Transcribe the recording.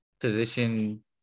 position